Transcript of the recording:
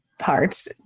parts